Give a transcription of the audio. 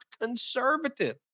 conservative